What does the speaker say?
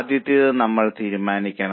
നമുക്ക് ലാഭക്ഷമത കണക്കാക്കാം